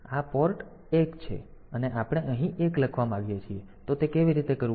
તેથી આ પોર્ટ 1 છે અને આપણે અહીં 1 લખવા માંગીએ છીએ તો તે કેવી રીતે કરવું